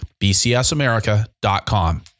bcsamerica.com